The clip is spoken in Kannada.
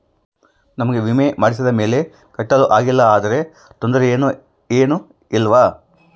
ನಮಗೆ ವಿಮೆ ಮಾಡಿಸಿದ ಮೇಲೆ ಕಟ್ಟಲು ಆಗಿಲ್ಲ ಆದರೆ ತೊಂದರೆ ಏನು ಇಲ್ಲವಾ?